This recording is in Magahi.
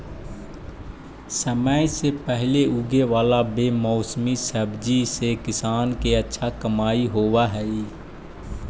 समय से पहले उगे वाला बेमौसमी सब्जि से किसान के अच्छा कमाई होवऽ हइ